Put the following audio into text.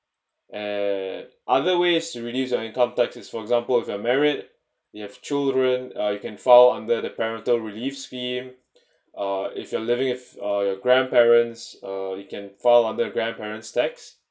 eh other ways to reduce your income taxes for example if you're married you have children uh you can file under the parental reliefs fee uh if you are living with your grandparents uh you can file under your grandparents' tax